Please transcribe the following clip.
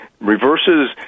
Reverses